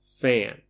fan